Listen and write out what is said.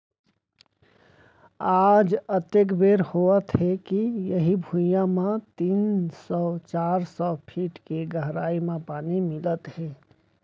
आज अतेक बोर होवत हे के इहीं भुइयां म तीन सौ चार सौ फीट के गहरई म पानी मिलत हे